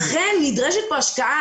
לכן נדרשת פה השקעה.